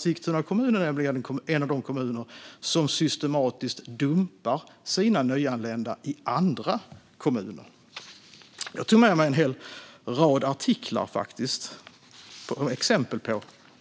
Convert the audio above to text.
Sigtuna kommun är nämligen en av de kommuner som systematiskt dumpar sina nyanlända i andra kommuner. Jag tog faktiskt med mig en hel rad artiklar med exempel